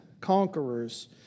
conquerors